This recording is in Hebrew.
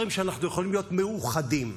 יש דברים שאנחנו יכולים להיות מאוחדים בהם.